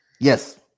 Yes